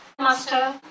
Master